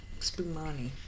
Spumani